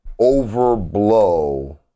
overblow